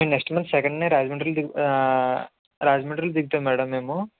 next month సెకండుని రాజమండ్రిలో రాజమండ్రిలో దిగుతాం మేడం మేము